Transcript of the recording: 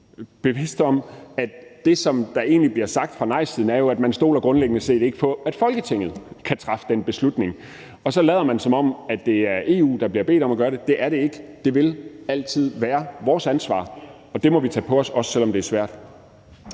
bevidst om, at det, der egentlig bliver sagt fra nejsiden, jo er, at man grundlæggende set ikke stoler på, at Folketinget kan træffe den beslutning. Og så lader man, som om det er EU, der bliver bedt om at gøre det. Det er det ikke. Det vil altid være vores ansvar. Det må vi tage på os, også selv om det er svært.